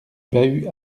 bahus